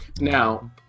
Now